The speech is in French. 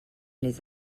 les